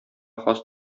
хас